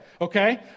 Okay